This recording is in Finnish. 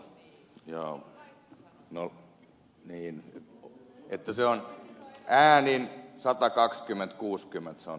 vahasalo kertomaan milloin se on soveltavaa